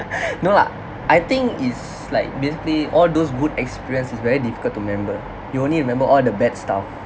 no lah I think it's like basically all those good experience is very difficult to remember you only remember all the bad stuff